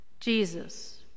Jesus